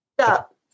stop